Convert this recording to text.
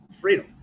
freedom